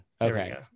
Okay